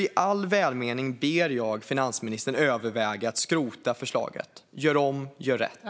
I all välmening ber jag finansministern att överväga att skrota förslaget. Gör om och gör rätt!